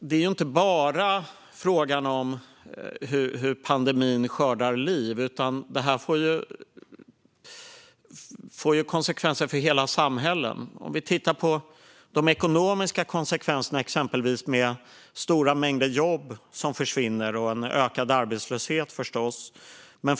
Det handlar inte bara om hur pandemin skördar liv, utan detta får konsekvenser för hela samhällen. Vi kan exempelvis titta på de ekonomiska konsekvenserna, med stora mängder jobb som försvinner och naturligtvis en ökad arbetslöshet.